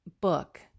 book